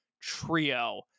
trio